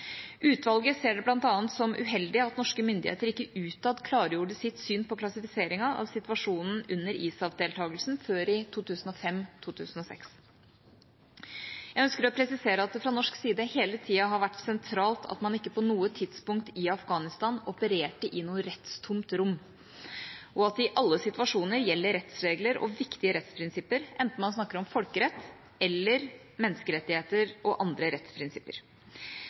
Utvalget ser det bl.a. som uheldig at norske myndigheter ikke utad klargjorde sitt syn på klassifiseringen av situasjonen under ISAF-deltagelsen før i 2005/2006. Jeg ønsker å presisere at det fra norsk side hele tida har vært sentralt at man ikke på noe tidspunkt i Afghanistan opererte i noe rettstomt rom, og at i alle situasjoner gjelder rettsregler og viktige rettsprinsipper, enten man snakker om folkerett eller menneskerettigheter og andre rettsprinsipper.